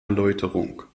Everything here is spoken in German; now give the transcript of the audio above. erläuterung